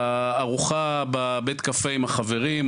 ארוחה בבית קפה עם החברים,